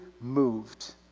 moved